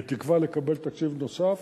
בתקווה לקבל תקציב נוסף.